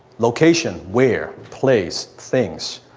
location where, place, things.